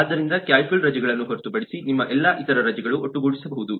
ಆದ್ದರಿಂದ ಕ್ಯಾಶುಯಲ್ ರಜೆಗಳನ್ನು ಹೊರತುಪಡಿಸಿ ನಿಮ್ಮ ಎಲ್ಲಾ ಇತರ ರಜೆ ಗಳು ಒಟ್ಟು ಗೂಡಿಸಬಹುದು